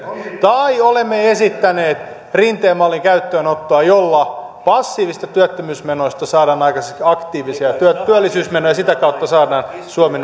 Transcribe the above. tai siitä että olemme esittäneet rinteen mallin käyttöönottoa jolla passiivisista työttömyysmenoista saadaan aikaiseksi aktiivisia työllisyysmenoja ja sitä kautta saadaan suomi